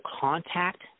contact